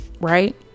Right